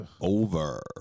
over